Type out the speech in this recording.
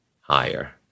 higher